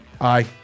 Aye